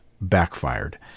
backfired